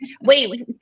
wait